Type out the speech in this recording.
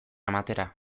ematera